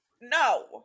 No